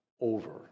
over